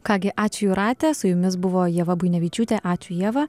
ką gi ačiū jūrate su jumis buvo ieva buinevičiūtė ačiū ieva